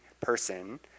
person